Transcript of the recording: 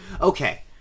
okay